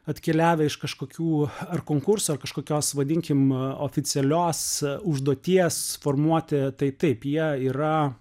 atkeliavę iš kažkokių ar konkurso ar kažkokios vadinkim oficialios užduoties formuoti tai taip jie yra